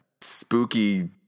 spooky